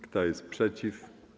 Kto jest przeciw?